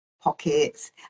pockets